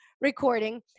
recording